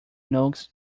nooks